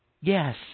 Yes